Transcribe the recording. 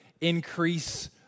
increase